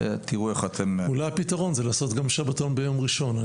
ותראו איך אתם --- אולי הפתרון זה לעשות גם שבתון ביום ראשון,